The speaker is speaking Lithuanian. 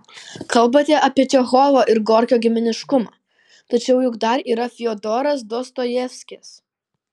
kalbate apie čechovo ir gorkio giminiškumą tačiau juk dar yra fiodoras dostojevskis